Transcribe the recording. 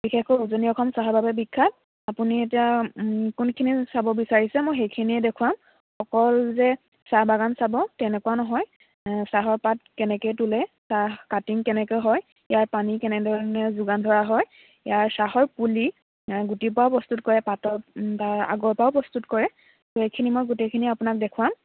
বিশেষকৈ উজনি অসম চাহ বাবে বিখ্যাত আপুনি এতিয়া কোনখিনি চাব বিচাৰিছে মই সেইখিনিয়ে দেখুৱাম অকল যে চাহ বাগান চাব তেনেকুৱা নহয় চাহৰ পাত কেনেকৈ তোলে চাহ কাটিং কেনেকৈ হয় ইয়াৰ পানী কেনেধৰণেৰে যোগান ধৰা হয় ইয়াৰ চাহৰ পুলি গুটিৰ পা প্ৰস্তুত কৰে পাতৰ আগৰ পৰাও প্ৰস্তুত কৰে এইখিনি মই গোটেইখিনি আপোনাক দেখুৱাম